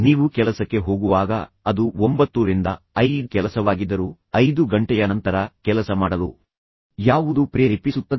ನೀವು ಕೆಲಸಕ್ಕೆ ಹೋಗುವಾಗ ಅದು 9 ರಿಂದ 5 ಕೆಲಸವಾಗಿದ್ದರೂ 5 ಗಂಟೆಯ ನಂತರ ಕೆಲಸ ಮಾಡಲು ಯಾವುದು ಪ್ರೇರೇಪಿಸುತ್ತದೆ